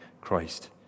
Christ